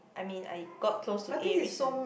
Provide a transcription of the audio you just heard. I mean I got close to A recent